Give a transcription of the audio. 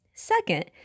Second